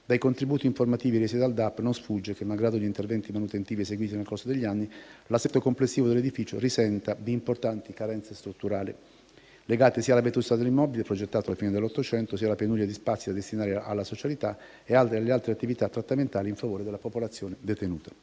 dai contributi informativi resi dal DAP non sfugge che, malgrado gli interventi manutentivi eseguiti nel corso degli anni, l'assetto complessivo dell'edificio risente di importanti carenze strutturali, legate sia alla vetustà dell'immobile, progettato alla fine dell'Ottocento, sia alla penuria di spazi da destinare alla socialità e ad altre attività trattamentali in favore della popolazione detenuta.